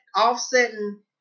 offsetting